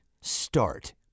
start